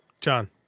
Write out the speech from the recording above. John